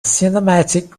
cinematic